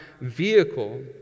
vehicle